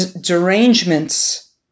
derangements